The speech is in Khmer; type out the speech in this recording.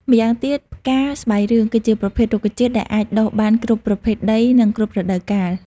ម្យ៉ាងទៀតផ្កា ស្បៃរឿងគឺជាប្រភេទរុក្ខជាតិដែលអាចដុះបានគ្រប់ប្រភេទដី និងគ្រប់រដូវកាល។